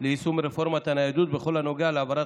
ליישום רפורמת הניידות בכל הנוגע להעברת